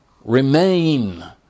Remain